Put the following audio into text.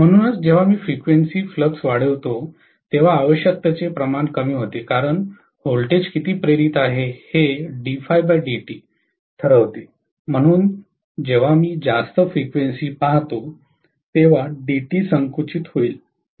म्हणूनच जेव्हा मी फ्रीक्वेंसी फ्लक्स वाढवितो तेव्हा आवश्यकतेचे प्रमाण कमी होते कारण व्होल्टेज किती प्रेरित आहे हे ठरवते म्हणून जेव्हा मी जास्त फ्रीक्वेंसी पाहतो तेव्हा dt संकुचित होईल